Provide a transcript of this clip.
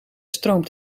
stroomt